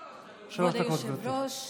היושב-ראש,